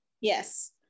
Yes